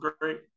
great